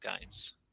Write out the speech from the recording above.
games